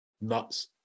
nuts